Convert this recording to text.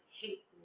hate